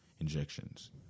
injections